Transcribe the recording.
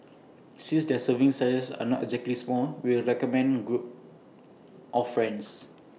since their serving sizes are not exactly small we'll recommend group of friends